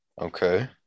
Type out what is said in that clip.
okay